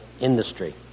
industry